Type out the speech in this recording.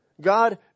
God